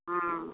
हाँ